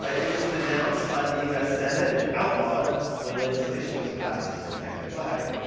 ah it was denounced by the us senate, and outlawed when legislation was passed to protect the flag.